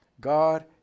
God